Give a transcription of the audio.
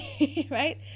right